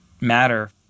matter